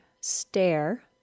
stare